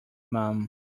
mum